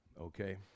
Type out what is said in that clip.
Okay